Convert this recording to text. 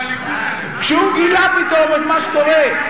כשהוא גילה פתאום את מה שקורה.